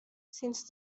since